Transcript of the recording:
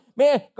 man